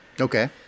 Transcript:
Okay